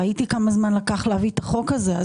ראיתי כמה זמן לקח להביא את החוק הזה.